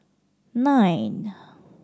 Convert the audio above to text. nine